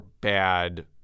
bad